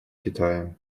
китая